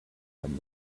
some